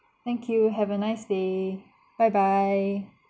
thank you have a nice day bye bye